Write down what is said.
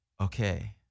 Okay